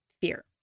fear